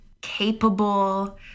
capable